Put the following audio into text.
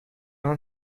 anda